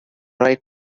right